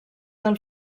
del